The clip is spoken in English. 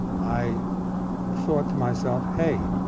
i thought to myself, hey.